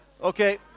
Okay